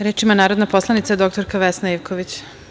Reč ima narodna poslanica dr Vesna Ivković.